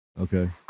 Okay